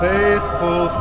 Faithful